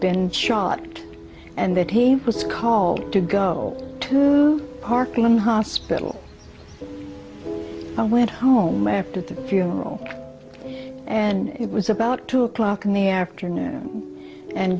been shot and that he was called to go to parkland hospital and went home after the funeral and it was about two o'clock in the afternoon and